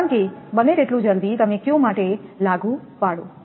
કારણ કે બને તેટલું જલ્દી તમે Q માટે લાગુ પાડો